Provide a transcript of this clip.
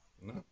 No